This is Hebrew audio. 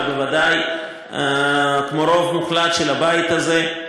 ובוודאי כמו רוב מוחלט של הבית הזה.